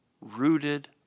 rooted